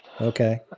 Okay